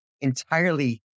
entirely